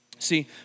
See